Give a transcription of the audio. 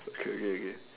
okay okay